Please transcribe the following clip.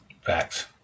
Facts